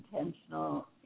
intentional